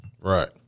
Right